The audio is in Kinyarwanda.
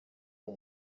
ari